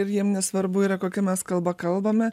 ir jiem nesvarbu yra kokia mes kalba kalbame